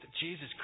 Jesus